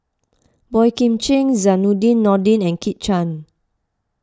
Boey Kim Cheng Zainudin Nordin and Kit Chan